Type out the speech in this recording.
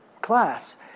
class